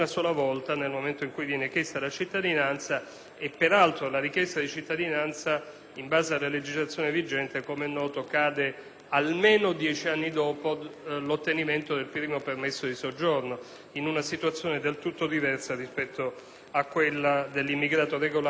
in base alla legislazione vigente, come noto, cade almeno dieci anni dopo l'ottenimento del primo permesso di soggiorno, in una situazione del tutto diversa rispetto a quella dell'immigrato regolare che per la prima volta riceve il titolo giustificativo della sua presenza.